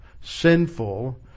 sinful